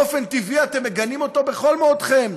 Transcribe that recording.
באופן טבעי אתם מגנים אותה בכל מאודכם,